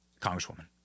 Congresswoman